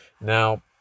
Now